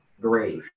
great